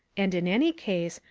and in any case,